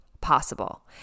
possible